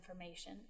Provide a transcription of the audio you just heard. information